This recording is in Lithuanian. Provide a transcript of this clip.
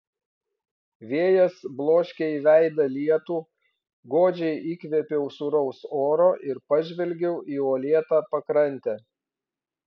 vėjas bloškė į veidą lietų godžiai įkvėpiau sūraus oro ir pažvelgiau į uolėtą pakrantę